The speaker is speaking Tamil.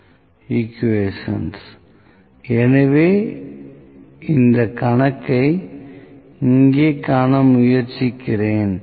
P 12N எனவே இந்த கணக்கை இங்கே காண முயற்சிக்கிறேன்